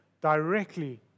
directly